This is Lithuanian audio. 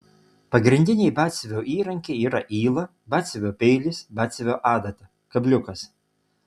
pagrindiniai batsiuvio įrankiai yra yla batsiuvio peilis batsiuvio adata kabliukas